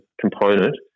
component